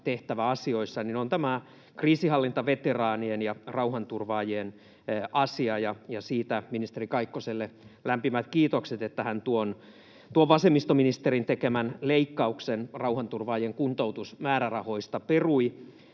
kriisinhallintatehtäväasioissa, on kriisinhallintaveteraanien ja rauhanturvaajien asia, ja siitä ministeri Kaikkoselle lämpimät kiitokset, että hän tuon vasemmistoministerin tekemän leikkauksen rauhanturvaajien kuntoutusmäärärahoista perui